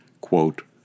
Quote